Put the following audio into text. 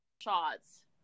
shots